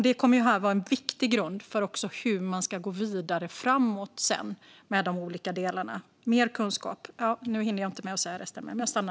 Det kommer att vara en viktig grund för hur man sedan ska gå vidare med de olika delarna.